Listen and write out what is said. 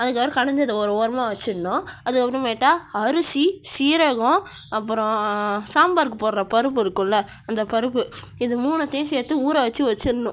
அதுக்கு அப்புறம் கடைஞ்சத ஒரு ஓரமாக வச்சுட்ணும் அது அப்புறமேட்டா அரிசி சீரகம் அப்புறம் சாம்பாருக்கு போடுற பருப்பு இருக்குமெல அந்த பருப்பு இது மூணுத்தையும் சேர்த்து ஊறவச்சு வச்சுட்ணும்